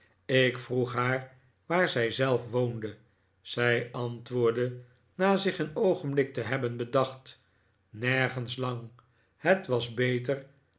ik vroeg haar waar zij zelf woonde zij antwoordde na zich een oogenblik te hebben bedacht nergens lang het was beter